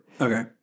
Okay